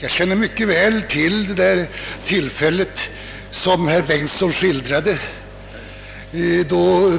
Jag känner mycket väl till det tillfälle för 15 år sedan, vilket herr Bengtsson skildrade, då